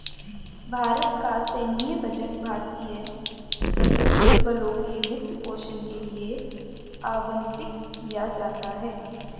भारत का सैन्य बजट भारतीय सशस्त्र बलों के वित्त पोषण के लिए आवंटित किया जाता है